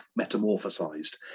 metamorphosized